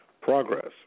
progress